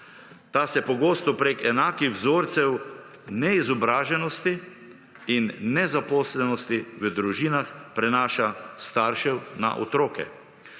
Ta se pogosto preko enakih vzorcev neizobraženosti in nezaposlenosti v družinah prenaša s staršev na otroke,